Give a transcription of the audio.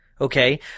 Okay